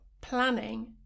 planning